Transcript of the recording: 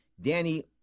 Danny